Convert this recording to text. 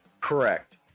Correct